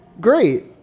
great